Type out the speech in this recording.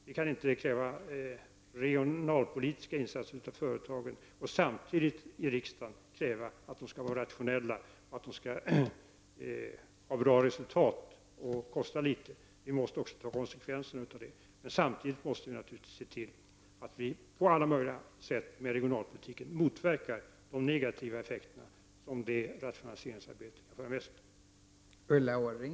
Vi kan inte kräva regionalpolitiska satsningar av företag och samtidigt i riksdagen kräva att de skall vara rationella och att de skall ge bra resultat och kosta litet. Vi måste ta konsekvenserna av det och samtidigt se till att vi på alla möjliga sätt genom regionalpolitiken motverkar de negativa effekter som rationaliseringsarbetet för med sig.